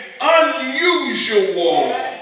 unusual